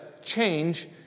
change